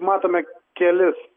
matome kelis